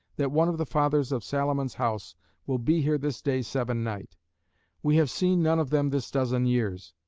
that one of the fathers of salomon's house will be here this day seven-night we have seen none of them this dozen years.